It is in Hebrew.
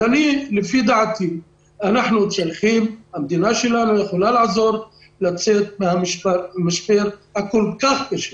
לפי דעתי המדינה שלנו יכולה לעזור לצאת מן המשבר הכל כך קשה.